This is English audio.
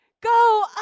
Go